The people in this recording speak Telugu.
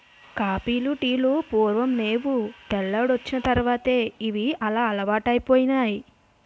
కాపీలు టీలు పూర్వం నేవు తెల్లోడొచ్చిన తర్వాతే ఇవి అలవాటైపోనాయి